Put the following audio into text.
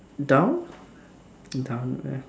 down down